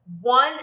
one